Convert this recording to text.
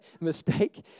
mistake